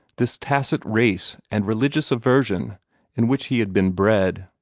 this tacit race and religious aversion in which he had been bred.